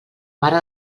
mare